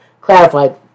clarified